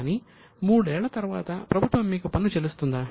కానీ మూడేళ్ల తర్వాత ప్రభుత్వం మీకు పన్ను చెల్లిస్తుందా